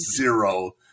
zero